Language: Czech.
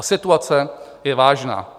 Situace je vážná.